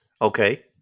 Okay